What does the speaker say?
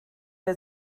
der